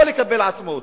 או לקבל עצמאות,